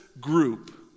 group